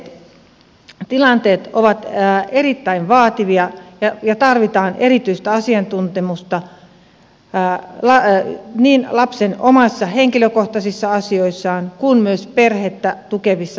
joskus tilanteet ovat erittäin vaativia ja tarvitaan erityistä asiantuntemusta niin lapsen omissa henkilökohtaisissa asioissa kuin myös perhettä tukevissa palveluissa